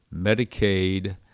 medicaid